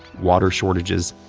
water shortages,